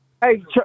Hey